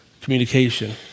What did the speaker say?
communication